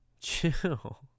Chill